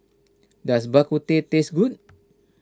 does Bak Kut Teh taste good